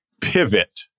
pivot